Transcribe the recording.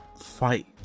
fight